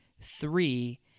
three